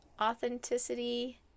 authenticity